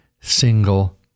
single